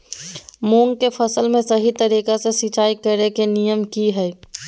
मूंग के फसल में सही तरीका से सिंचाई करें के नियम की हय?